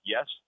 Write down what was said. Yes